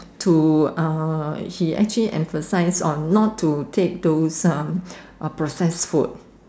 to uh he actually emphasise on not to take those um uh processed food